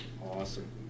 Awesome